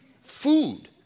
Food